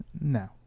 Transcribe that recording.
no